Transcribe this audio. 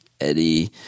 Eddie